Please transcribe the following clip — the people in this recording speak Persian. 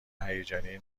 هیجانی